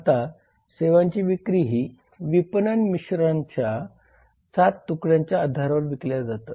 आता सेवांची विक्री ही विपणन मिश्रणाच्या 7 तुकड्यांच्या आधारावर विकल्या जातात